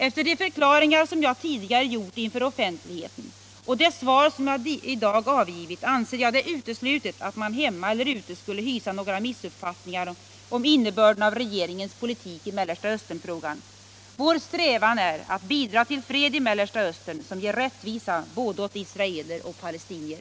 Efter de förklaringar som jag tidigare gjort inför offentligheten och det svar som jag i dag avgivit anser jag det uteslutet att man hemma eller ute skulle hysa några missuppfattningar om innebörden av regeringens politik i Mellersta Östern-frågan. Vår strävan är att bidra till fred i Mellersta Östern som ger rättvisa åt både israeler och palestinier.